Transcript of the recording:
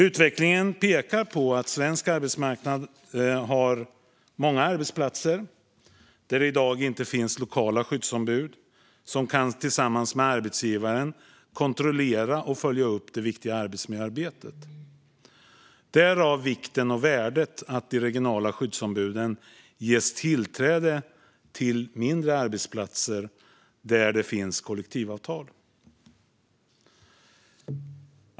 Utvecklingen visar att det på svensk arbetsmarknad finns många arbetsplatser där det i dag inte finns lokala skyddsombud som tillsammans med arbetsgivaren kan kontrollera och följa upp det viktiga arbetsmiljöarbetet - därav vikten och värdet av att de regionala skyddsombuden ges tillträde till mindre arbetsplatser där det finns kollektivavtal.